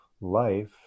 life